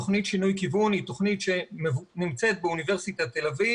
תוכנית שינוי כיוון הוא תוכנית שנמצאת באוניברסיטת תל אביב